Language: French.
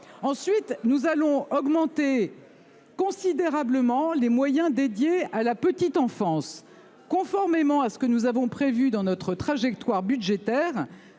Ensuite nous allons augmenter considérablement les moyens dédiés à la petite enfance. Conformément à ce que nous avons prévu dans notre trajectoire budgétaire.